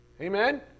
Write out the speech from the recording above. Amen